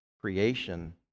creation